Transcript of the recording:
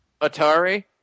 Atari